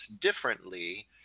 differently